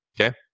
Okay